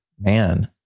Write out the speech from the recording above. man